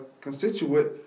constituent